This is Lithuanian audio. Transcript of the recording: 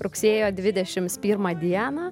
rugsėjo dvidešimts pirmą dieną